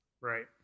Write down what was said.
Right